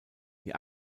die